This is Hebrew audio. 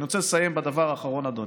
אני רוצה לסיים בדבר האחרון, אדוני.